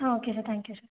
ah okay sir thank you sir